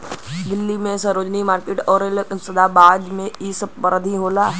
दिल्ली के सरोजिनी मार्किट करोल बाग सदर बाजार इ सब परसिध हौ